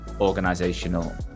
organizational